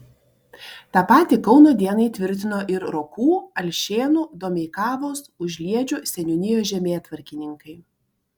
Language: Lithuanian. tą patį kauno dienai tvirtino ir rokų alšėnų domeikavos užliedžių seniūnijos žemėtvarkininkai